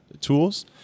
tools